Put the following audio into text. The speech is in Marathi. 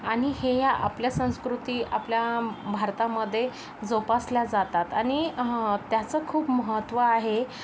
आणि हे या आपल्या संस्कृती आपल्या भारतामध्ये जोपासल्या जातात आणि त्याचं खूप महत्त्व आहे